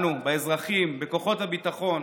באזרחים, בכוחות הביטחון.